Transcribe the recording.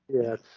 Yes